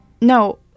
No